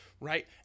right